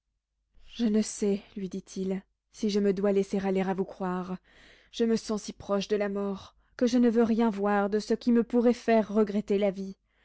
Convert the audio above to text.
je ne sais lui dit-il si je me dois laisser aller à vous croire je me sens si proche de la mort que je ne veux rien voir de ce qui me pourrait faire regretter la vie